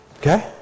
Okay